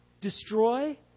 destroy